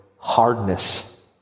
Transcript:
Hardness